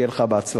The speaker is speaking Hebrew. ושיהיה לך בהצלחה.